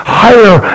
higher